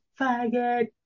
faggot